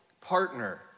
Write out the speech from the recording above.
partner